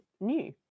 new